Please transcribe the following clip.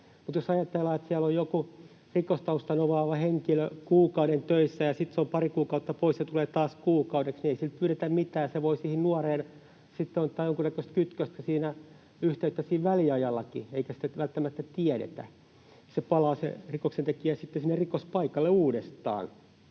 jos ajatellaan, että siellä on joku rikostaustan omaava henkilö kuukauden töissä ja sitten se on pari kuukautta pois ja tulee taas kuukaudeksi, niin ei siltä pyydetä mitään, ja se voi siihen nuoreen sitten ottaa jonkunnäköistä kytköstä, yhteyttä siinä väliajallakin, eikä sitä välttämättä tiedetä. Se rikoksentekijä sitten palaa sinne